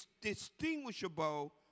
distinguishable